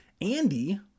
Andy